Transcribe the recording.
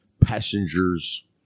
passengers